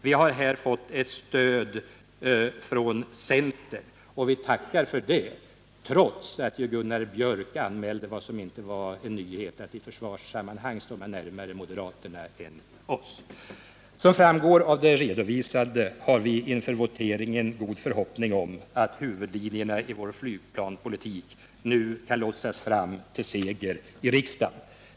Vi har här fått ett stöd från centern, och vi tackar för det, trots att Gunnar Björk i Gävle anförde vad som inte var en nyhet, nämligen att man i aktuella försvarssammanhang står närmare moderaterna än oss. Som framgår av det redovisade har vi inför voteringen god förhoppning om att huvudlinjerna i vår flygplanspolitik nu kan lotsas fram till seger i riksdagen.